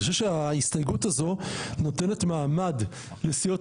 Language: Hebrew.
אני חושב שההסתייגות הזו נותנת מעמד לסיעות